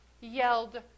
yelled